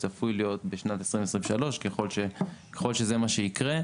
שצפוי להיות בשנת 2023 ככל שזה מה שיקרה,